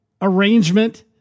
arrangement